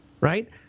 right